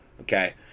okay